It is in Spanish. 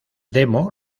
demo